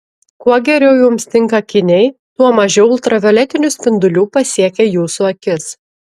kuo geriau jums tinka akiniai tuo mažiau ultravioletinių spindulių pasiekia jūsų akis